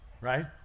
right